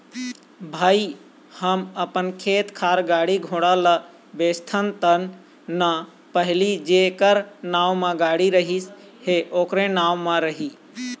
भई हम अपन खेत खार, गाड़ी घोड़ा ल बेचथन ना ता पहिली तो जेखर नांव म गाड़ी रहिस हे ओखरे नाम म रही